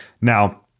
Now